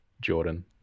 jordan